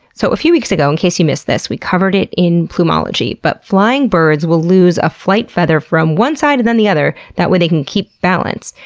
so, a few weeks ago, in case you missed this we covered it in plumology but flying birds will lose a flight feather from one side and then the other, that way they can keep balance.